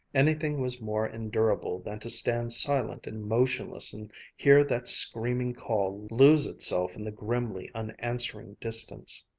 anything was more endurable than to stand silent and motionless and hear that screaming call lose itself in the grimly unanswering distance.